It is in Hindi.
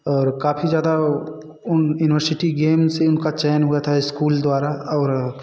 और काफ़ी ज़्यादा उन इनवर्सिटी गेम से उनका चयन हुआ था स्कूल द्वारा और